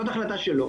זאת החלטה שלו.